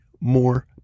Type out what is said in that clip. more